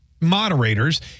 moderators